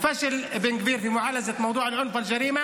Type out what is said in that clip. הם בתחומי השליטה של ממשלת נתניהו ובן גביר.